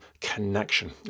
connection